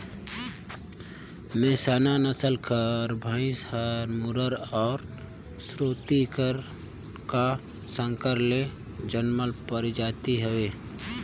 मेहसाना नसल कर भंइस हर मुर्रा अउ सुरती का संकर ले जनमल परजाति हवे